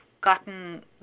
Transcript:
gotten